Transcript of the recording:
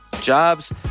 jobs